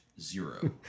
zero